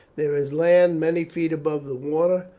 there is land many feet above the water,